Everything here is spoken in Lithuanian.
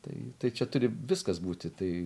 tai tai čia turi viskas būti tai